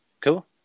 cool